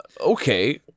Okay